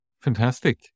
Fantastic